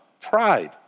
pride